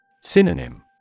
Synonym